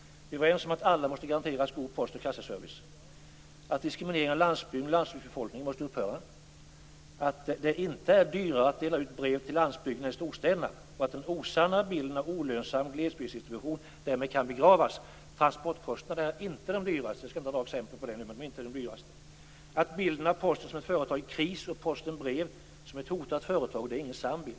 Vi är överens om att alla måste garanteras god post och kassaservice. Vi är överens om att diskrimineringen av landsbygden och landsbygdsbefolkningen måste upphöra. Vi är överens om att det inte är dyrare att dela ut brev på landsbygden än i storstäderna och att den osanna bilden av olönsam glesbygdsdistribution därmed kan begravas. Transportkostnaderna är inte de högsta. Det finns en rad exempel på det. Vi är överens om att bilden av Posten som ett företag i kris och Posten brev som ett hotat företag inte är någon sann bild.